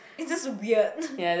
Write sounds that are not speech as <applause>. it's just weird <laughs>